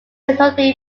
notably